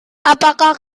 apakah